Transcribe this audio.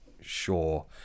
sure